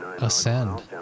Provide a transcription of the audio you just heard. Ascend